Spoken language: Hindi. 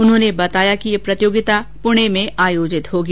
उन्होंने बताया कि ये प्रतियोगिता पुर्ण में आयोजित होगी